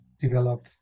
develop